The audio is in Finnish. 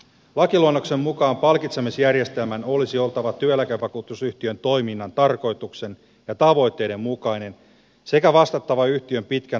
lakiluonnoksen mukaan palkitsemisjärjestelmän olisi oltava työeläkevakuutusyhtiön toiminnan tarkoituksen ja tavoitteiden mukainen sekä vastattava yhtiön pitkän aikavälin etua